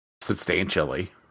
substantially